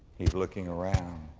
he's looking around.